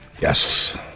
Yes